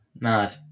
mad